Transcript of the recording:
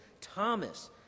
Thomas